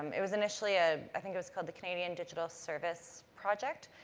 it was initially a i think it was called the canadian digital service project.